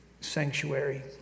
Sanctuary